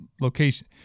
location